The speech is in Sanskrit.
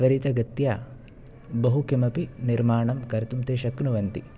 त्वरितगत्या बहुकिमपि निर्माणं कर्तुं ते शक्नुवन्ति